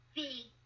big